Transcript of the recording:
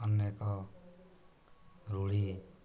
ଅନେକ ରୂଢ଼ୀ